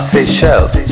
Seychelles